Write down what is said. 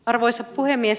arvoisa puhemies